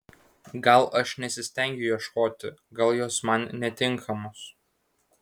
gal aš nesistengiu ieškoti gal jos man netinkamos